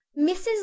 Mrs